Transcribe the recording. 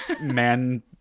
man